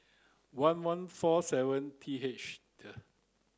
one one four seven T H